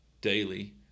daily